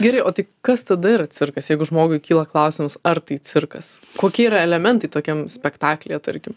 gerai o tai kas tada yra cirkas jeigu žmogui kyla klausimas ar tai cirkas kokie yra elementai tokiam spektaklyje tarkim